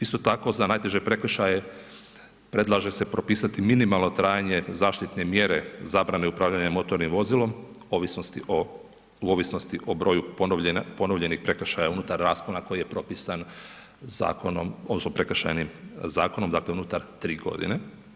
Isto tako za najteže prekršaje predlaže se propisati minimalno trajanje zaštitne mjere zabrane upravljanja motornim vozilom ovisnosti o, u ovisnosti o broju ponovljenih prekršaja unutar raspona koji je propisan zakonom odnosno Prekršajnim zakonom dakle unutar 3 godine.